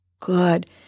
Good